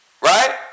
Right